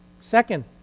Second